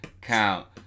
count